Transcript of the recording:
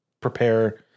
prepare